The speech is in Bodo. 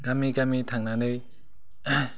गामि गामि थांनानै